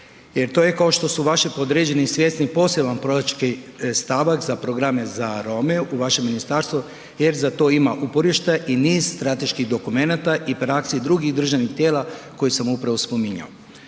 jer to je kao što su vaši .../Govornik se ne razumije./... poseban proračunski stavak za programe za Rome u vašem ministarstvu jer za to ima uporište i niz strateških dokumenata .../Govornik se ne razumije./... drugih državnih tijela koje sam upravo spominjao.